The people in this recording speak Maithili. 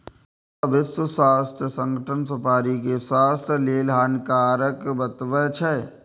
मुदा विश्व स्वास्थ्य संगठन सुपारी कें स्वास्थ्य लेल हानिकारक बतबै छै